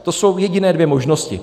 To jsou jediné dvě možnosti.